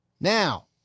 Now